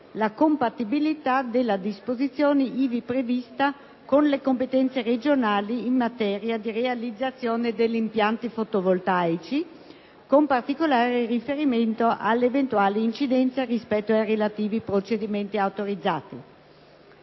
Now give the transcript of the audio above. la compatibilità della disposizione ivi prevista con le competenze regionali in materia di realizzazione degli impianti fotovoltaici, con particolare riferimento all'eventuale incidenza rispetto ai relativi procedimenti autorizzatori».